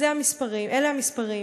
אלה המספרים,